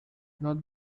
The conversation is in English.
not